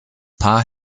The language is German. paar